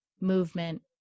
movement